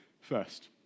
First